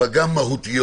אבל גם מהותיות,